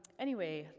anyway,